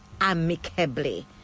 amicably